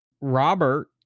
Robert